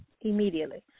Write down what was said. immediately